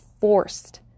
forced